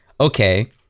Okay